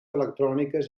electròniques